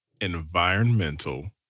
environmental